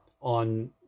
on